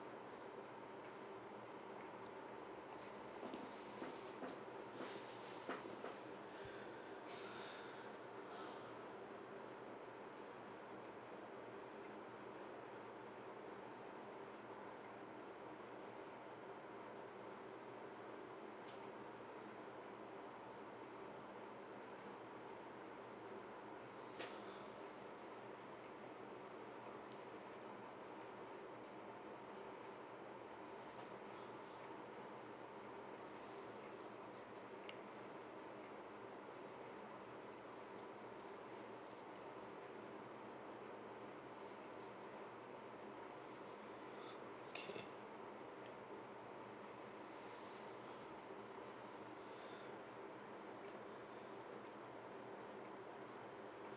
okay